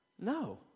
No